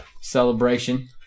celebration